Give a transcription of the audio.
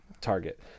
Target